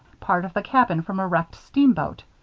part of the cabin from a wrecked steamboat,